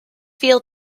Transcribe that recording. feel